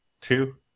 two